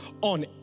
on